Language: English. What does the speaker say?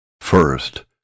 First